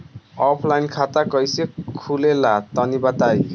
Offline खाता कइसे खुले ला तनि बताई?